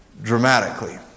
Dramatically